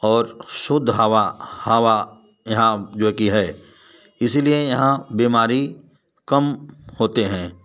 और शुद्ध हवा हवा यहाँ जो कि है इसीलिए यहाँ बीमारी कम होते हैं